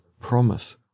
promise